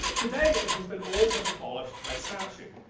today, it has been almost abolished by statute.